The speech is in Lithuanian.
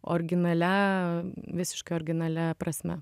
originalia visiškai originalia prasme